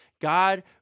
God